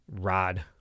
Rod